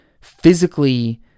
physically